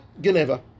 geneva